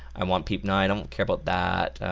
i want people, no i don't care about that,